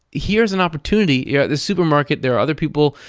here's an opportunity, you're at the supermarket, there are other people,